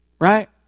right